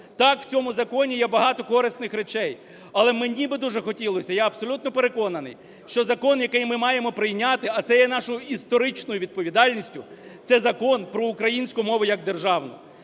Так, в цьому законі є багато корисних речей, але мені би дуже хотілося, я абсолютно переконаний, що закон, який ми маємо прийняти, а це є нашою історичною відповідальністю. Це Закон про українську мову як державну.